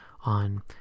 on